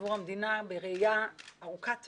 עבור המדינה בראייה ארוכת טווח.